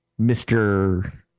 Mr